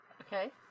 Okay